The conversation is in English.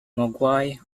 mogwai